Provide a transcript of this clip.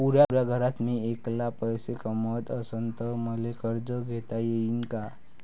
पुऱ्या घरात मी ऐकला पैसे कमवत असन तर मले कर्ज घेता येईन का?